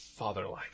fatherlike